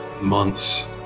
months